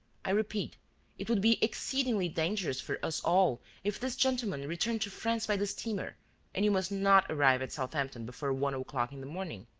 i repeat it would be exceedingly dangerous for us all if this gentleman returned to france by the steamer and you must not arrive at southampton before one o'clock in the morning.